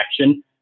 action